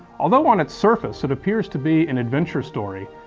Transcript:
although on its surface it appears to be an adventure story,